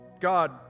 God